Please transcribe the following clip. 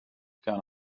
gone